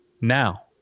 now